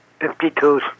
Fifty-two